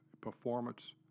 performance